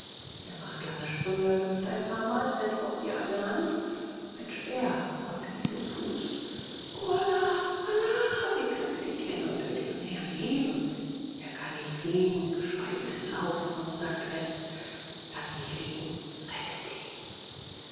er macht lange sprünge hüpft ein paarmal fällt auf die eine hand ein speer drang ihm in den fuß o allah allah wehklagt die dirne und will ihren herrn heben er kann nicht gehen geschweige denn laufen und sagt fest laß mich liegen rette dich